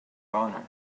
honor